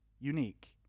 unique